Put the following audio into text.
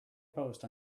post